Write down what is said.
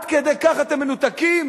עד כדי כך אתם מנותקים?